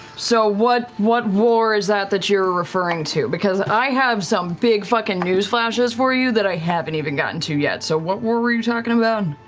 so what what war is that that you're referring to? because i have some big fucking news flashes for you that i haven't even gotten to yet. so what war were you talking about?